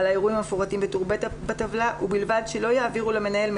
בטבלה שלהלן, יעבירו למנהל,